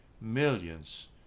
millions